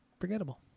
forgettable